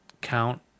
count